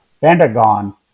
Pentagon